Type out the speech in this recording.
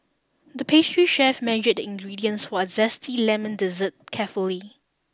the pastry chef measured the ingredients for a zesty lemon dessert carefully